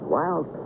wild